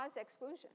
exclusion